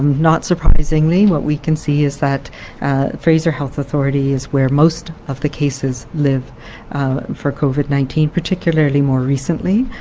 not surprisingly, what we can see is that fraser health authority is where most of the cases live for covid nineteen, particularly more recently,